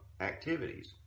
activities